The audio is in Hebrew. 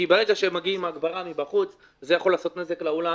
כי ברגע שהם מגיעים עם הגברה מבחוץ זה יכול לגרום נזק לאולם,